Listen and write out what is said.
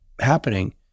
happening